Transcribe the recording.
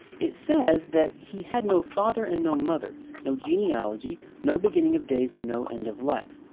it says that he had no father and no mother. no genealogy. no beginning of days, and no end of life.